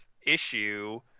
issue